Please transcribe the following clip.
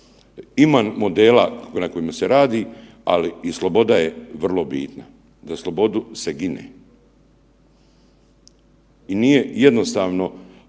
ima modela na kojima se radi, ali i sloboda je vrlo bitna. Za slobodu se gine. I nije jednostavno